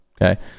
Okay